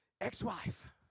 ex-wife